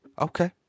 okay